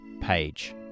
page